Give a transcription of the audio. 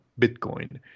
bitcoin